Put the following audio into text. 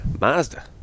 mazda